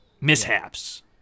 mishaps